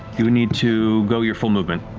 you would need to go your full movement,